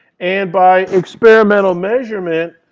and by experimental measurement,